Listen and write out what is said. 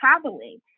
traveling